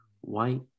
white